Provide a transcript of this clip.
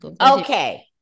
Okay